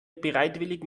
bereitwillig